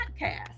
podcast